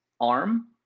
arm